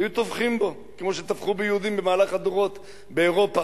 היו טובחים בו כמו שטבחו ביהודים במהלך הדורות באירופה.